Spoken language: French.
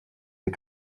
des